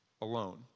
alone